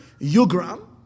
yugram